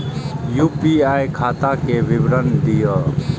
UPI खाता के विवरण दिअ?